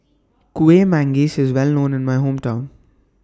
Kueh Manggis IS Well known in My Hometown